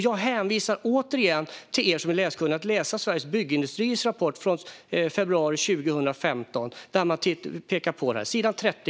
Jag hänvisar återigen er som är läskunniga till att läsa Sveriges Byggindustriers rapport från februari 2015. Ni kan läsa s. 30.